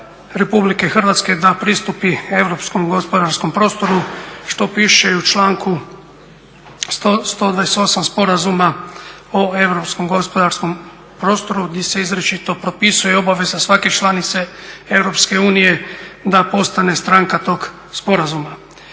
je obveza RH da pristupi europskom gospodarskom prostoru što piše i u članku 128. Sporazuma o europskom gospodarskom prostoru gdje se izričito propisuje obaveza svake članice EU da postane stranka tog sporazuma.